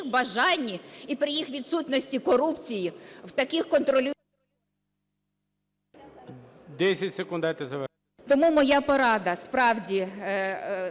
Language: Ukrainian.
Тому моя порада. Справді,